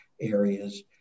areas